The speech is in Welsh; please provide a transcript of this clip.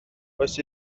oes